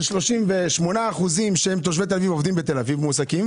38 אחוזים שהם תושבי תל אביב ומועסקים בתל